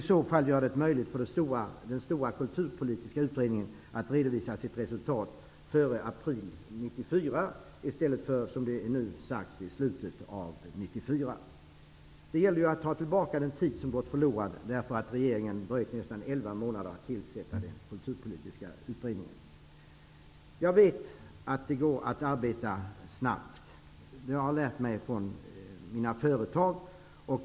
Detta skulle göra det möjligt för den stora kulturpolitiska utredningen att redovisa sitt resultat före april 1994, i stället för som det nu är sagt i slutet av 1994. Det gäller att ta tillbaka den tid som gått förlorad därför att regeringen dröjt nästan 11 månader med att tillsätta den kulturpolitiska utredningen. Jag vet att det går att arbeta snabbt. Jag har lärt mig från mina företag.